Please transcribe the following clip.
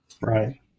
Right